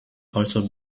also